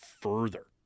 further